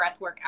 breathwork